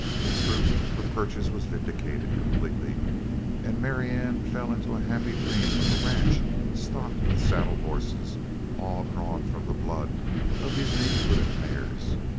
in truth, her purchase was vindicated completely and marianne fell into a happy dream of a ranch stocked with saddle horses all drawn from the blood of these neat-footed mares.